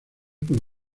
con